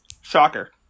Shocker